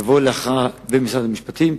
שתבוא להכרעה במשרד המשפטים.